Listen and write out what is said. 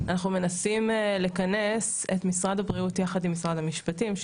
אנחנו מנסים לכנס את משרד הבריאות יחד עם משרד המשפטים.